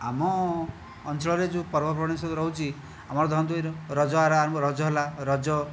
ଆମ ଅଞ୍ଚଳରେ ଯେଉଁ ପର୍ବପର୍ବାଣି ସବୁ ରହୁଛି ଆମର ଧରନ୍ତୁ ଏଇ ରଜ ଆରମ୍ଭ ରଜ ହେଲା ରଜ